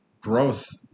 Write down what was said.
growth